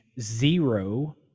zero